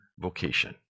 vocation